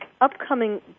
upcoming